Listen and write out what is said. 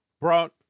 brought